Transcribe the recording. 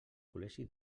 col·legi